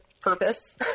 purpose